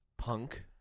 Punk